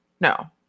No